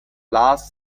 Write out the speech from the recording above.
last